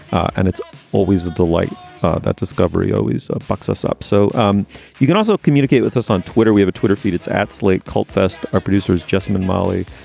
and it's always a delight that discovery always ah fucks us up. so um you can also communicate with us on twitter. we have a twitter feed. it's at slate colthurst, our producers, justin and molly.